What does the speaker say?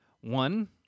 one